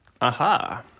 Aha